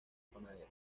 panadero